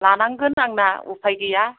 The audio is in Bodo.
लानांगोन आंना उफाय गैया